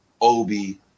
Obi